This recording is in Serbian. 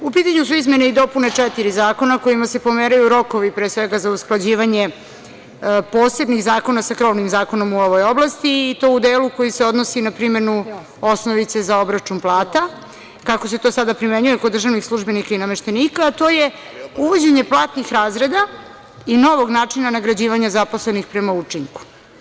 U pitanju su izmene i dopune četiri zakona kojima se pomeraju rokovu, pre svega, za usklađivanje posebnih zakona sa krovnim zakonom u ovoj oblasti i to u delu koji se odnosi na primenu osnovice za obračun plata, kako se to sada primenjuje kod državnih službenika i nameštenika, a to je uvođenje platnih razreda i novog načina nagrađivanja zaposlenih prema učinku.